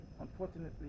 Unfortunately